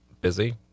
Busy